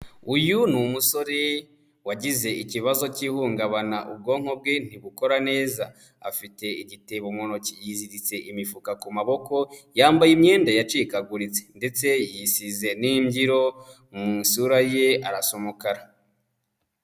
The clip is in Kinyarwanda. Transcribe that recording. Uyu ni umusore wagize ikibazo cy'ihungabana ubwonko bwe ntibukora neza, afite igitebo mu ntoki, yiziritse imifuka ku maboko, yambaye imyenda yacikaguritse ndetse yisize n'imbyiro mu isura ye arasa umukara.